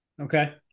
Okay